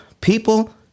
people